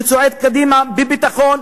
שצועד קדימה בביטחון,